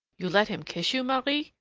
you let him kiss you, marie?